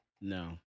No